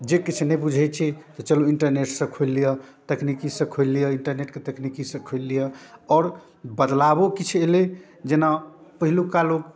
जे किछु नहि बुझै छी तऽचलु इन्टरनेटसँ खोलि लिऽ तकनिकीसँ खोलि लिऽ इन्टरनेटके तकनिकीसँ खोलि लिऽ आओर बदलाव किछु एलै जेना पहिलुका लोक